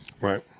Right